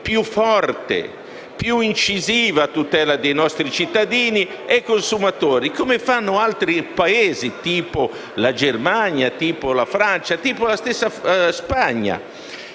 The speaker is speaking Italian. più forte e più incisiva a tutela dei nostri cittadini e consumatori, come fanno altri Paesi, quali la Germania, la Francia o la Spagna.